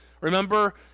Remember